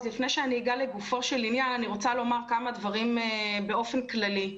אז לפני שאני אגע לגופו של עניין אני רוצה לומר כמה דברים באופן כללי.